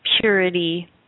purity